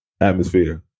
atmosphere